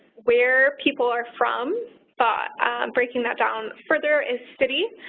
where people are from, ah breaking that down further is city.